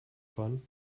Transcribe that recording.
fahren